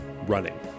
running